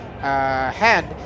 hand